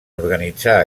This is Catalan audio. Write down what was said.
organitzar